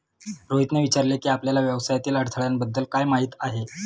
रोहितने विचारले की, आपल्याला व्यवसायातील अडथळ्यांबद्दल काय माहित आहे?